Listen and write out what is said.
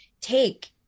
take